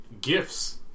gifts